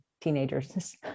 teenagers